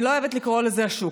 אני לא אוהבת לקרוא לזה "השוק",